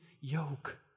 yoke